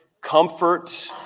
comfort